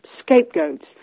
scapegoats